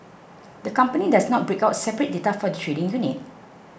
the company does not break out separate data for the trading unit